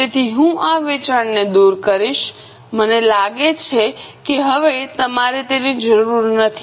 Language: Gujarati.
તેથી હું આ વેચાણને દૂર કરીશ મને લાગે છે કે હવે તમારે તેની જરૂર નથી